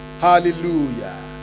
Hallelujah